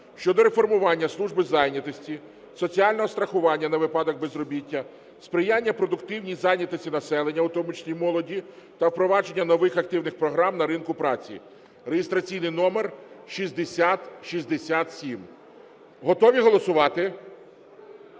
щодо реформування служби зайнятості, соціального страхування на випадок безробіття, сприяння продуктивній зайнятості населення, в тому числі молоді, та впровадження нових активних програм на ринку праці, (реєстраційний номер 6067). Готові голосувати?